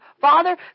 Father